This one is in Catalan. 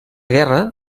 guerra